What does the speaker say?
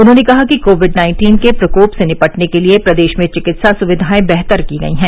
उन्होंने कहा कि कोविड नाइन्टीन के प्रकोप से निपटने के लिए प्रदेश में चिकित्सा सुविधाएं बेहतर की गयी हैं